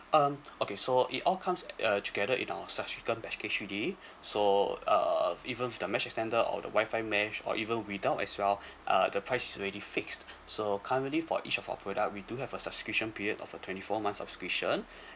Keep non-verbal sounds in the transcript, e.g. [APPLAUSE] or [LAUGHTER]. um okay so it all comes at uh together in our subscription package three D so uh even with the mesh extender or the WI-FI mesh or even without as well [BREATH] uh the price is already fixed so currently for each of our product we do have a subscription period of a twenty four months subscription [BREATH]